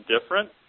different